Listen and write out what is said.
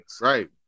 right